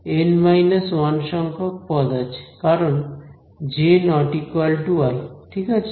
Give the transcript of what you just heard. N 1 সংখ্যক পদ আছে কারণ j i ঠিক আছে